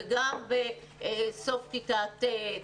וגם בסוף כיתה ט',